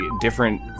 different